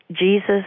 Jesus